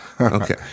Okay